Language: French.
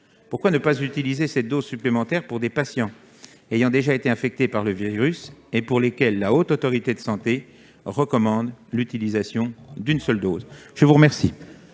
Pourquoi ne pas utiliser ces doses supplémentaires pour des patients ayant déjà été infectés par le virus et pour lesquels la Haute Autorité de santé recommande l'utilisation d'une seule dose ? La parole